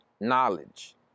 knowledge